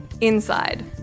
Inside